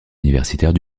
universitaire